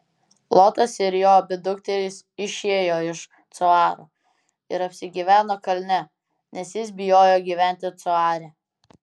lotas ir jo abi dukterys išėjo iš coaro ir apsigyveno kalne nes jis bijojo gyventi coare